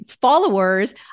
followers